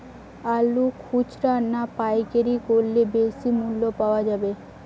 আলু খুচরা না পাইকারি করলে বেশি মূল্য পাওয়া যাবে?